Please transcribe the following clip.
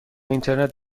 اینترنت